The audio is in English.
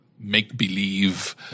make-believe